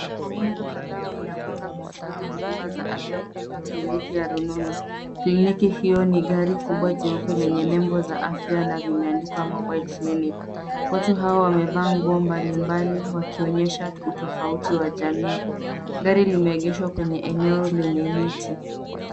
Wagonjwa kadhaa wamejipanga kusubiri huduma za afya kutoka kliniki ya rununu. Kliniki hiyo ni gari kubwa jeupe lenye nembo za afya na limeandikwa mobile clinic. Watu hawa wamevaa nguo mbalimbali, wakionyesha utofauti wa jamii. Gari limeegeshwa kwenye eneo lenye miti.